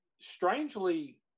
strangely